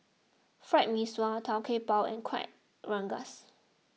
Fried Mee Sua Tau Kwa Pau and Kueh Rengas